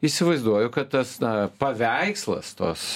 įsivaizduoju kad tas na paveikslas tos